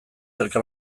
elkar